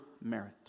merit